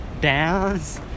dance